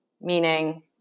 meaning